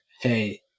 Hey